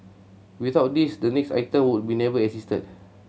without this the next item would never have existed